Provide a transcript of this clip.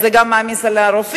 וזה גם מעמיס על הרופאים,